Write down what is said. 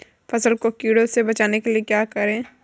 फसल को कीड़ों से बचाने के लिए क्या करें?